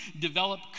develop